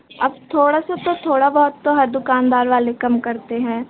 आप थोड़ा सा तो थोड़ा बहुत तो हर दुक़ानदार वाले कम करते हैं